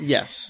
Yes